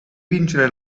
vincere